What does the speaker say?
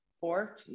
Four